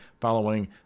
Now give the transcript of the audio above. following